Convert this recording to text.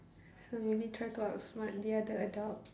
so you need try to outsmart the other adult